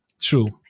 True